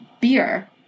beer